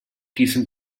diesem